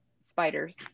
spiders